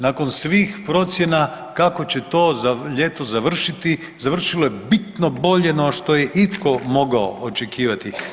Nakon svih procjena kako će to ljeto završiti, završilo je bitno bolje no što je itko mogao očekivati.